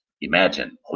imagine